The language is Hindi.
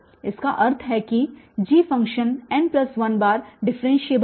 इसका अर्थ है कि G फ़ंक्शन n1 बार डिफ़रेन्शियेबल है